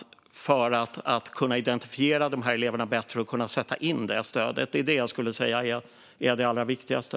Det handlar om att kunna identifiera de här eleverna bättre och kunna sätta in stödet. Det skulle jag säga är det allra viktigaste.